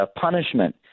punishment